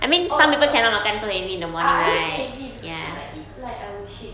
oh oh ah I like heavy because if I eat light I will shit